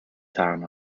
town